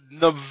No